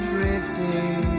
Drifting